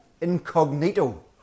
incognito